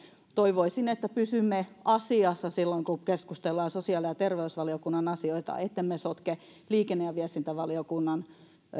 toivoisin että pysymme asiassa silloin kun kun keskustellaan sosiaali ja terveysvaliokunnan asioita ettemme sotke liikenne ja viestintävaliokunnan